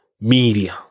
media